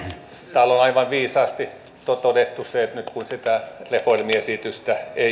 täällä on aivan viisaasti todettu se että nyt kun sitä reformiesitystä ei